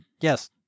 yes